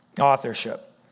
Authorship